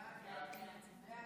הודעת הממשלה